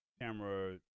camera